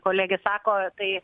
kolegė sako tai